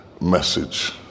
message